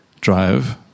drive